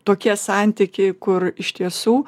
tokie santykiai kur iš tiesų